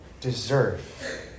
deserve